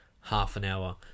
half-an-hour